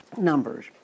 Numbers